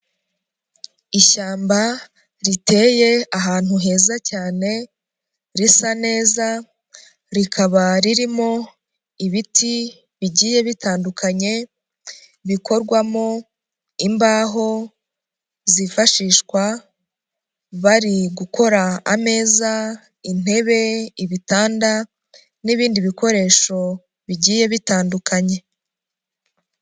Ishyamba riteye ahantu heza cyane risa neza rikaba ririmo ibiti bigiye bitandukanye bikorwamo imbaho zifashishwa bari gukora ameza, intebe, ibitanda n'ibindi bikoresho bigiye bitandukanye.